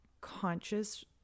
conscious